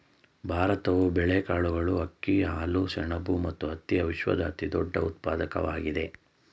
ಭಾರತವು ಬೇಳೆಕಾಳುಗಳು, ಅಕ್ಕಿ, ಹಾಲು, ಸೆಣಬು ಮತ್ತು ಹತ್ತಿಯ ವಿಶ್ವದ ಅತಿದೊಡ್ಡ ಉತ್ಪಾದಕವಾಗಿದೆ